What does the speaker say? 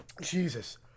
Jesus